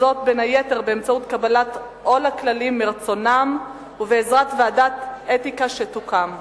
וזאת בין היתר באמצעות קבלת עול הכללים מרצונם ובעזרת ועדת אתיקה שתוקם.